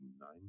nine